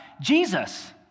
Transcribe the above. Jesus